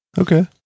Okay